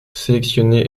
sélectionné